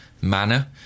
manner